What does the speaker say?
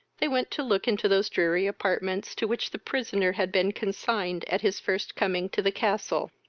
they went to look into those dreary apartments to which the prisoner had been consigned at his first coming to the castle.